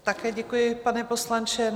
Také děkuji, pane poslanče.